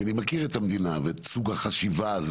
כי אני מכיר את המדינה ואת סוג החשיבה הזה